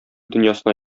дөньясына